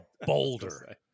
boulder